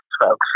folks